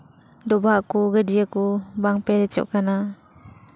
ᱰᱚᱵᱷᱟᱜ ᱠᱚ ᱜᱟᱹᱰᱭᱟᱹ ᱠᱚ ᱵᱟᱝ ᱯᱮᱨᱮᱡᱚᱜ ᱠᱟᱱᱟ